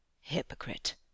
Hypocrite